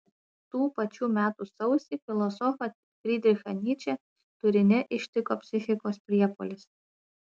tų pačių metų sausį filosofą frydrichą nyčę turine ištiko psichikos priepuolis